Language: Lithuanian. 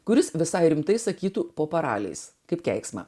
kuris visai rimtai sakytų po paraliais kaip keiksmą